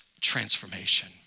transformation